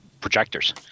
projectors